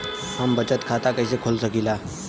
हम बचत खाता कईसे खोल सकिला?